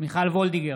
מיכל וולדיגר,